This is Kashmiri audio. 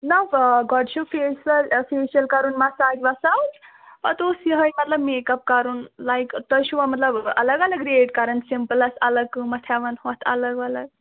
نہٕ گۄڈٕ چھُ فیسل فیشل کَرُن مَساج وَساج پَتہٕ اوس یِہَے مطلب میک اَپ کَرُن لایِک تُہۍ چھُوا مطلب اَلگ اَلگ ریٹ کران سِمپُلَس اَلگ قۭمتھ ہٮ۪وان ہوٚتھ اَلگ وَلگ